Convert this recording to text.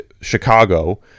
Chicago